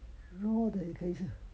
raw 的也可以吃